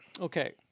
Okay